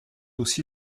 aussi